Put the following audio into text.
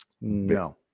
no